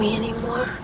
yeah anymore.